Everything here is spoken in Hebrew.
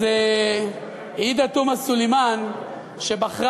אז עאידה תומא סלימאן שבחרה,